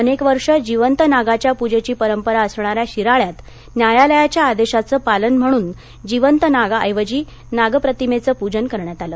अनेकवर्षे जिवंत नागाच्या पूजेची परपंरा असणाऱ्या शिराळ्यात न्यालयाच्या आदेशाचं पालन म्हणून जिवंत नागाऐवजी नाग प्रतिमेचं पूजन करण्यात आलं